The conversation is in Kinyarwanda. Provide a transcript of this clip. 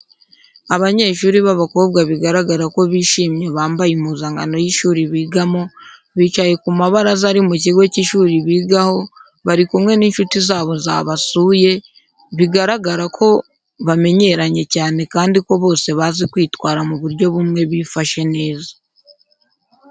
Abanyeshuri b'abakobwa bigaragara ko bishimye bambaye impuzankano y'ishuri bigamo, bicaye ku mabaraza ari mu kigo cy'ishuri bigaho bari kumwe n'inshuti zabo zabasuye, bigaragara ko bamenyeranye cyane kandi ko bose bazi kwitwara mu buryo bumwe bifashe neza.